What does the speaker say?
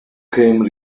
came